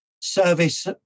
service